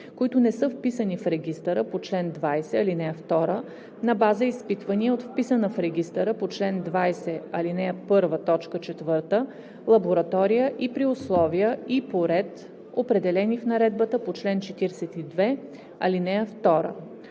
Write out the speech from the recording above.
които не са вписани в регистъра по чл. 20, ал. 2 на база изпитвания от вписана в регистъра по чл. 20, ал. 1, т. 4 лаборатория и при условия и по ред, определени в наредбата по чл. 42, ал. 2.“